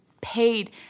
paid